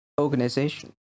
organization